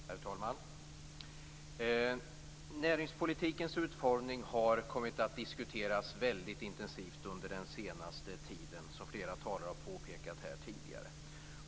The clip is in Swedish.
Herr talman! Näringspolitikens utformning har kommit att diskuteras mycket intensivt under den senaste tiden - som flera talare påpekat tidigare.